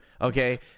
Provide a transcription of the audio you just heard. Okay